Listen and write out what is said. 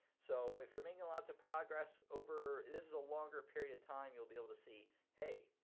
so if you're making lots of progress over, this is a longer period of time, you'll be able to see, hey,